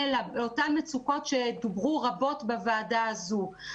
לאותן מצוקות עליהן דובר רבות בוועדה הזו.